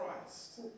Christ